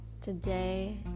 Today